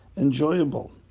enjoyable